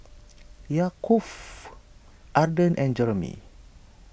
Yaakov Arden and Jeromy